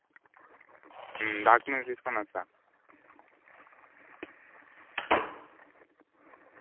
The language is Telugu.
థౌజండ్ అమౌంట్ ఉంటే దాని ద్వారా ప్రోసెస్ చేస్తే వన్ సిక్స్టీన్ రుపీస్ కట్ అవుతుంది